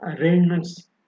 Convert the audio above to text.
arrangements